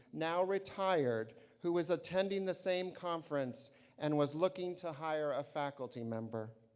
now-retired, who was attending the same conference and was looking to hire a faculty member.